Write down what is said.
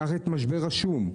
קח את משבר השום.